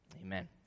amen